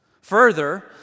Further